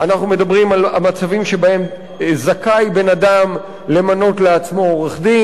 אנחנו מדברים על מצבים שבהם זכאי בן-אדם למנות לעצמו עורך-דין,